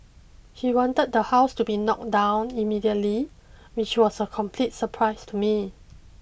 he wanted the house to be knocked down immediately which was a complete surprise to me